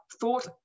thought